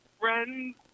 friends